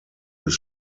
des